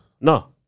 No